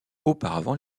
auparavant